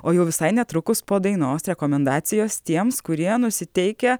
o jau visai netrukus po dainos rekomendacijos tiems kurie nusiteikę